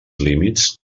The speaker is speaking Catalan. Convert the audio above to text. límits